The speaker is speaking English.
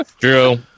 True